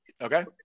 Okay